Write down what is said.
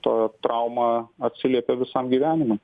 ta trauma atsiliepia visam gyvenimui